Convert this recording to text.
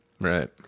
Right